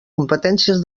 competències